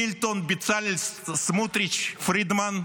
מילטון בצלאל סמוטריץ' פרידמן,